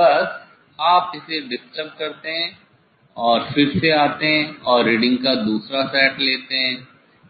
बस आप इसे डिस्टर्ब करते हैं और फिर से आते हैं और रीडिंग का दूसरा सेट लेते हैं